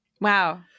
Wow